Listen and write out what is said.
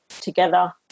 together